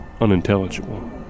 Unintelligible